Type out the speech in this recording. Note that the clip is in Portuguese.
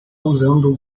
usando